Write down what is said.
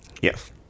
Yes